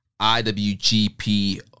IWGP